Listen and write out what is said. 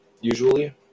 usually